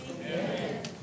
Amen